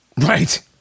Right